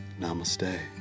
Namaste